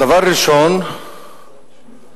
דבר ראשון,